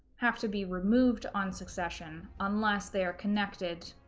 have to be removed on succession unless they are connected